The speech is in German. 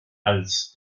als